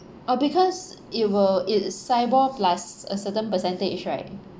oh because it will it's SIBOR plus a certain percentage right